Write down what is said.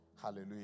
Hallelujah